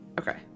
Okay